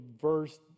verse